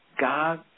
God